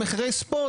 במחירי ספוט,